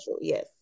Yes